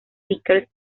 vickers